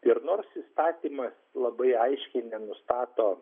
ir nors įstatymas labai aiškiai nenustato